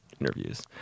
interviews